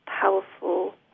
powerful